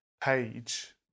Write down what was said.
page